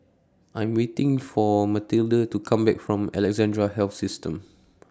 I Am waiting For Mathilde to Come Back from Alexandra Health System